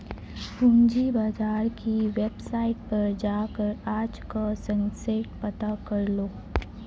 पूंजी बाजार की वेबसाईट पर जाकर आज का सेंसेक्स पता करलो